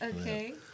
Okay